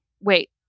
wait